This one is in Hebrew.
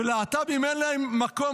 שלהט"בים אין להם מקום,